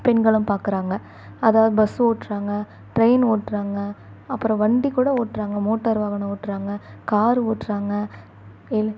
பெண்களும் பார்க்குறாங்க அதாவது பஸ்ஸு ஓட்டுறாங்க ட்ரெயின் ஓட்டுறாங்க அப்புறம் வண்டிக்கூட ஓட்டுறாங்க மோட்டார் வாகனம் ஓட்டுறாங்க காரு ஓட்டுறாங்க எல்